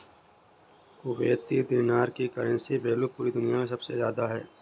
Kuwaiti दीनार की currency value पूरी दुनिया मे सबसे ज्यादा है